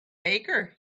baker